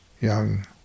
young